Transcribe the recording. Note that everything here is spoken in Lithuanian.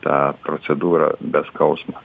tą procedūrą be skausmo